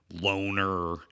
loner